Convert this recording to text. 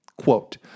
Quote